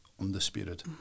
undisputed